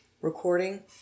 Recording